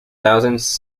thousands